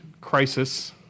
crisis